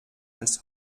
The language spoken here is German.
als